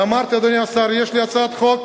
אמרתי: אדוני השר, יש לי הצעת חוק.